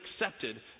accepted